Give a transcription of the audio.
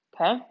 Okay